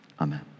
Amen